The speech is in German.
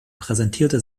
präsentierte